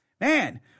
man